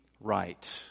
right